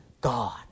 God